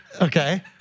Okay